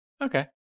Okay